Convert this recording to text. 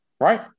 right